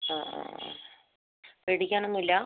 ആ പേടിക്കാനൊന്നുമില്ല